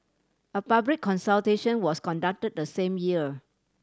a public consultation was conducted the same year